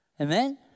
Amen